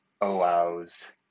allows